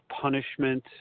punishment